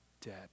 dead